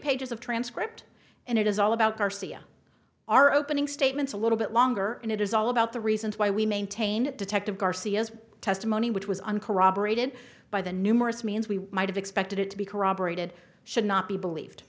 pages of transcript and it is all about garcia our opening statements a little bit longer and it is all about the reasons why we maintain that detective garcia's testimony which was on corroborated by the numerous means we might have expected it to be corroborated should not be believed